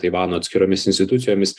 taivano atskiromis institucijomis